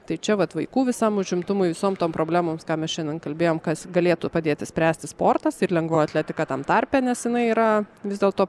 tai čia vat vaikų visam užimtumui visom tom problemoms ką mes šiandien kalbėjom kas galėtų padėti spręsti sportas ir lengvoji atletika tam tarpe nes jinai yra vis dėlto